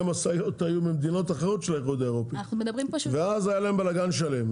המשאיות היו ממדינות אחרות של האיחוד האירופי ואז היה להם בלגן שלם,